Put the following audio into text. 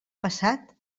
passat